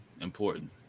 important